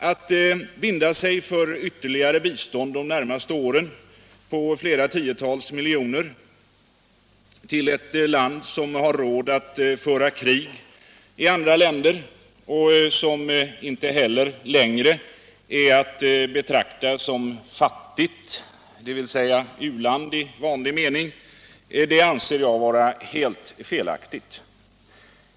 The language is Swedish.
Att binda sig för ytterligare bistånd de närmaste åren på flera tiotals miljoner till ett land som har råd att föra krig i andra länder och som inte heller längre är att betrakta som fattigt, dvs. ett u-land i vanlig mening, anser jag vara helt felaktigt.